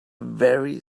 very